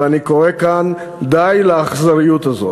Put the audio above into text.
ואני קורא כאן: די לאכזריות הזאת.